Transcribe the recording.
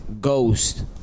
Ghost